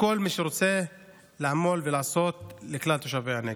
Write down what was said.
לכל מי שרוצה לעמול ולעשות לכלל תושבי הנגב.